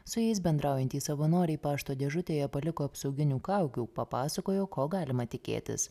su jais bendraujantys savanoriai pašto dėžutėje paliko apsauginių kaukių papasakojo ko galima tikėtis